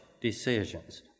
decisions